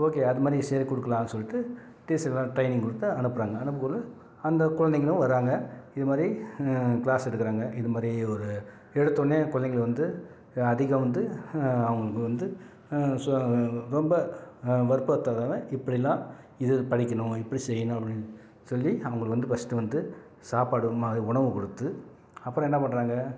okay அதுமாதிரி செய்து கொடுக்கலாம் சொல்லிட்டு டீச்சருக்குலாம் ட்ரெயினிங் கொடுத்து அனுப்புகிறாங்க அனுப்பக்குள்ள அந்த குழந்தைங்களும் வராங்க இதுமாதிரி க்ளாஸ் எடுக்கிறாங்க இதுமாதிரி ஒரு எடுத்தோடனே குழந்தைங்கள வந்து அதிகம் வந்து அவங்களுக்கு வந்து ச ரொம்ப வற்புறத்துறனால இப்படிலாம் இது படிக்கணும் இப்படி செய்யணும் அப்படின்னு சொல்லி அவங்களுக்கு வந்து ஃபஸ்ட்டு வந்து சாப்பாடு ம உணவு கொடுத்து அப்புறம் என்ன பண்றாங்க